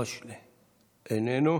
איננו.